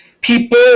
people